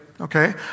okay